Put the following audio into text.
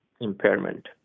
impairment